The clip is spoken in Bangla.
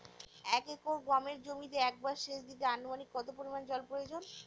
এক একর গমের জমিতে একবার শেচ দিতে অনুমানিক কত পরিমান জল প্রয়োজন?